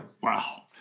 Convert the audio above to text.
wow